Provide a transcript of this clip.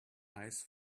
eyes